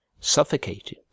suffocated